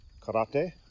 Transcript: karate